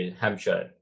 Hampshire